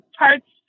parts